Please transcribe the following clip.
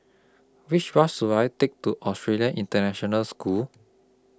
Which Bus should I Take to Australian International School